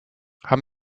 haben